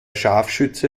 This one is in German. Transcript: scharfschütze